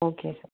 okay sir